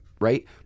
right